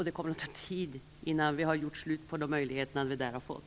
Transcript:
Det kommer att ta tid innan vi har förbrukat de möjligheter vi då har fått.